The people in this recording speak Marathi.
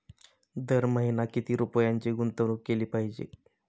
दर महिना किती रुपयांची गुंतवणूक केली पाहिजे?